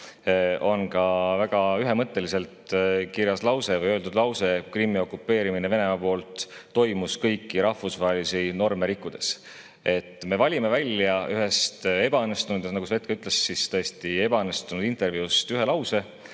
on ka väga ühemõtteliselt öeldud lause: Krimmi okupeerimine Venemaa poolt toimus kõiki rahvusvahelisi norme rikkudes. Me valime välja ühest ebaõnnestunud – nagu Svet ka ütles, tõesti ebaõnnestunud – intervjuust ühe lause